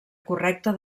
correcta